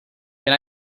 can